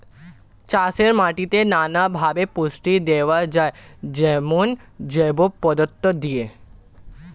চাষের মাটিতে নানা ভাবে পুষ্টি দেওয়া যায়, যেমন জৈব পদার্থ দিয়ে